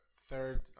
third